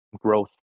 growth